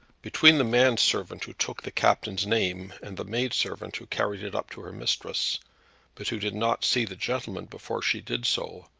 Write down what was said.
between the man-servant who took the captain's name, and the maid-servant who carried it up to her mistress but who did not see the gentleman before she did so,